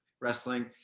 wrestling